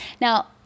Now